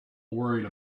worried